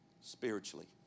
spiritually